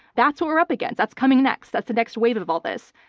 that's what we're up against. that's coming next. that's the next wave of all this.